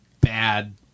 bad